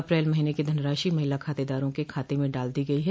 अप्रैल महीने की धनराशि महिला खातेदारों के खाते में डाल दी गयी है